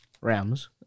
Rams